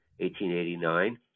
1889